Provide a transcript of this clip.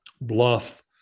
bluff